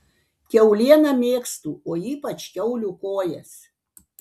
kiaulieną mėgstu o ypač kiaulių kojas